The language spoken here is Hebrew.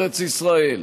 ארץ ישראל.